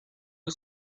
the